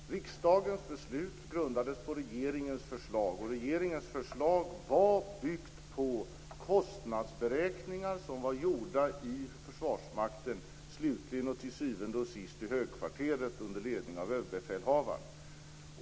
Herr talman! Riksdagens beslut grundades på regeringens förslag. Regeringens förslag var byggt på konstnadsberäkningar som var gjorda i Försvarsmakten, till syvende och sist i högkvarteret under ledning av överbefälhavaren.